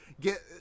get